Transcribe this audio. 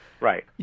Right